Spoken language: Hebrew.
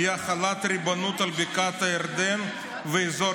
היא החלת ריבונות על בקעת הירדן ואזור